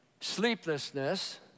sleeplessness